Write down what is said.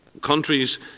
countries